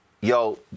yo